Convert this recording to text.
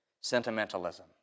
sentimentalism